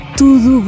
tudo